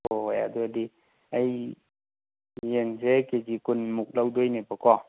ꯑꯣ ꯍꯣꯏ ꯑꯗꯨ ꯑꯣꯏꯗꯤ ꯑꯩ ꯌꯦꯟꯁꯦ ꯀꯦꯖꯤ ꯀꯨꯟꯃꯨꯛ ꯂꯧꯗꯣꯏꯅꯦꯕꯀꯣ